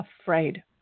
afraid